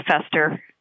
fester